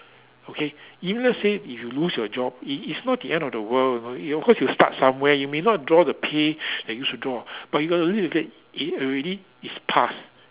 okay even let's say if you lose your job it it's not the end of the world you know of course you start somewhere you may not draw the pay that used to draw but you got to look at it it already is past